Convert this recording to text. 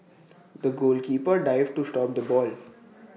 the goalkeeper dived to stop the ball